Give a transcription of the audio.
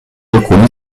alcuni